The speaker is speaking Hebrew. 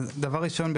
אז דבר ראשון,